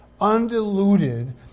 undiluted